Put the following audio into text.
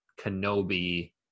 kenobi